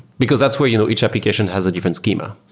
because that's where you know each application has a different schema.